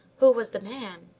who was the man?